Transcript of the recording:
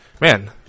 Man